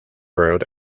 road